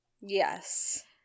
Yes